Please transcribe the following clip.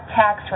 tax